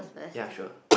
ya sure